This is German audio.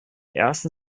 ersten